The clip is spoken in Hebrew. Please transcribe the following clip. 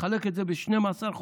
תחלק את זה ב-12 חודשים.